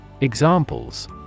Examples